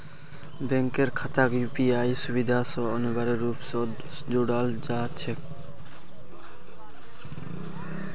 बैंकेर खाताक यूपीआईर सुविधा स अनिवार्य रूप स जोडाल जा छेक